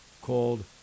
called